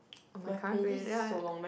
my current place then ya